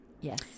Yes